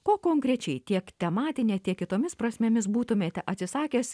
ko konkrečiai tiek tematine tiek kitomis prasmėmis būtumėte atsisakęs